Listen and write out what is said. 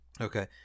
okay